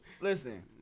listen